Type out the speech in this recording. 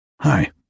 Hi